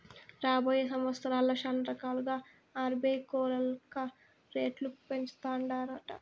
రాబోయే సంవత్సరాల్ల శానారకాలుగా ఆర్బీఐ కోలక రేట్లు పెంచతాదట